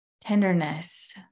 tenderness